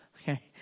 Okay